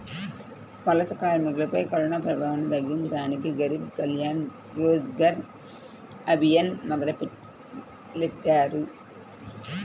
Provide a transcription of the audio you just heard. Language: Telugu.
వలస కార్మికులపై కరోనాప్రభావాన్ని తగ్గించడానికి గరీబ్ కళ్యాణ్ రోజ్గర్ అభియాన్ మొదలెట్టారు